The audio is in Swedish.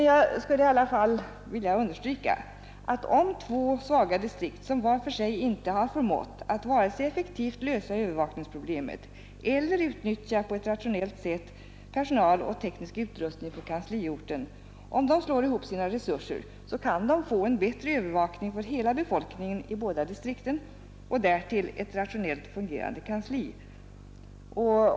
Jag skulle i alla fall vilja understryka att om två svaga distrikt, som var för sig inte förmått vare sig att effektivt lösa övervakningsproblemet eller att på ett rationellt sätt utnyttja personal och teknisk utrustning på kansliorten, slår ihop sina resurser, kan man få en bättre övervakning för hela befolkningen i båda distrikten och därtill ett rationellt fungerande kansli.